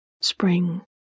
Spring